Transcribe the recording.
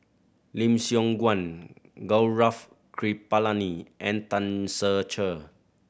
Lim Siong Guan Gaurav Kripalani and Tan Ser Cher